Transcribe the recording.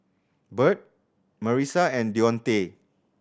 Bert Marisa and Dionte